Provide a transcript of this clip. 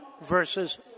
versus